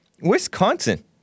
Wisconsin